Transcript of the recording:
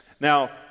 Now